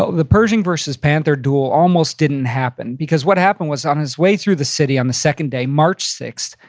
ah the pershing versus panther duel almost didn't happen. because what happened was on his way through the city on the second day, march sixth,